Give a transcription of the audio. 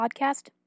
Podcast